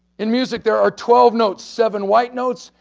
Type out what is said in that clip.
in music, there are twelve notes. seven white notes,